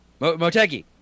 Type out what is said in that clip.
Motegi